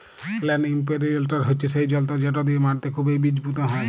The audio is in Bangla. ল্যাল্ড ইমপিরিলটর হছে সেই জলতর্ যেট দিঁয়ে মাটিতে খুবই বীজ পুঁতা হয়